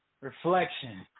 Reflection